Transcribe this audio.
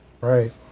Right